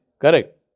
Correct